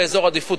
באזור עדיפות,